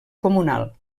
comunal